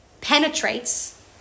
penetrates